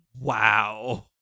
Wow